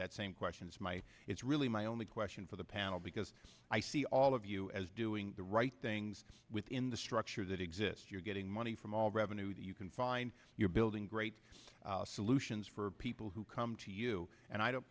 that same question it's my it's really my only question for the panel because i see all of you as doing the right things within the structure that exist you're getting money from all revenue that you can find you're building great solutions for people who come to you and i don't